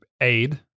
aid